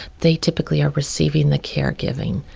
they typically are receiving the caregiving,